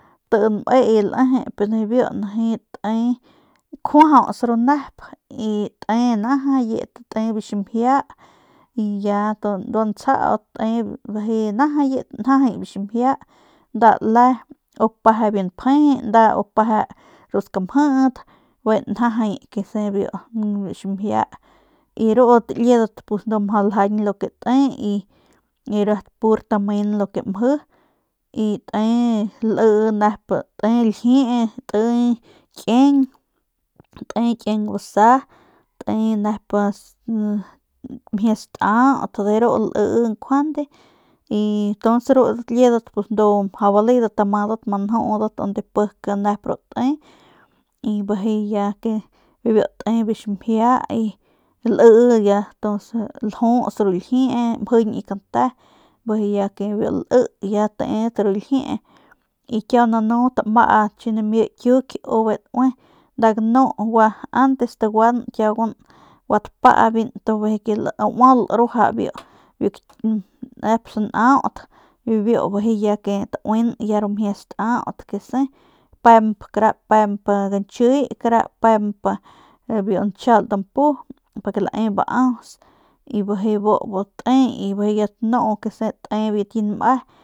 Nti nmee lejep nijiy biu te kjuajauts ru nep y te najayat te biu ximjia y ya bandua ntsjaut te najayat njajay biu ximjia nda le nda u peje biu npje nda u peje ru skamjijit y bijiy njajay kese biu ximjia y rudat liedat ndu mjau ljañ lo ke te y riat pur tamen lo ke mje y te lii lje te kieng te kieng basa te mjie staut de ru lii njuande y tuns rudat liedat ndudat mjau baledat amadat amadat ama njudat onde pik nep te y bijiy ke ya te biu ximjia lii ya tuns ljuts ru ljie mjiñ biu kante y bijiy ke ya biu li tedat ru ljiee y kiau nanu chi nimi kiuyk u bijiy daui nda ganu antes taguan gua tapayban bijiy ke ya uaul ruaja biu ki biu nep sanaut y biu bijiy ya ke tauin ru mjie staut kese kapemp gañchiy kara pemp biu nchaul dampu bijiy lae baaus y bijiy bu te y bijiy ya lanu te biu ki nme.